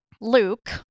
Luke